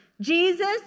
Jesus